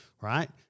right